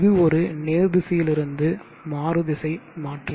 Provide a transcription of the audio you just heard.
இது ஒரு நேர் திசையிலிருந்து மாறுதிசை மாற்றி